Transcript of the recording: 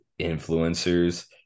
influencers